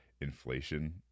inflation